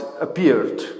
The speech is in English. appeared